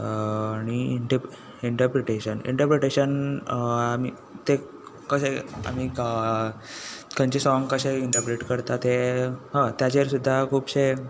आनी इंट interpretation interpretation आमी तें कशें आमी क खंयचें सॉंग कशें इंटप्रेट करता तें हय ताजेर सुद्दां खुबशे